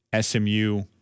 smu